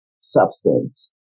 substance